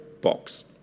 box